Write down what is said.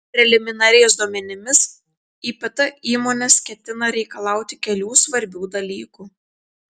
preliminariais duomenimis ipt įmonės ketina reikalauti kelių svarbių dalykų